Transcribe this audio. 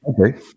Okay